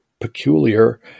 peculiar